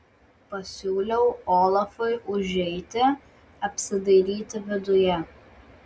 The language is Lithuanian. pasiūliau olafui užeiti apsidairyti viduje